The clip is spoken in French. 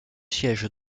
siège